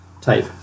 type